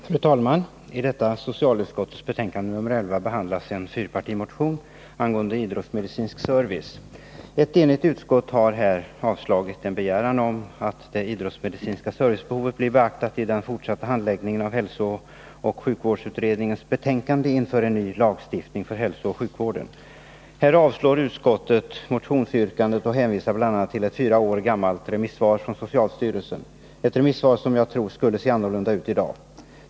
Fru talman! I socialutskottets betänkande nr 11 behandlas en fyrpartimotion angående idrottsmedicinsk service. Ett enigt utskott har avstyrkt en begäran om att det idrottsmedicinska servicebehovet blir beaktat vid den fortsatta handläggningen av hälsooch sjukvårdsutredningens betänkande inför en ny lagstiftning för hälsooch Nr 56 sjukvården. Utskottet avstyrker motionsyrkandet med hänvisning bl.a. till ett fyra år gammalt remissvar från socialstyrelsen, ett remissvar som jag tror skulle se annorlunda ut i dag.